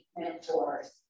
mentors